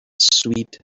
sweet